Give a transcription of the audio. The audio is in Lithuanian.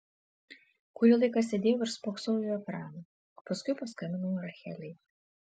kurį laiką sėdėjau ir spoksojau į ekraną o paskui paskambinau rachelei